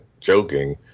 joking